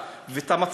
זה משחק בחיי אדם,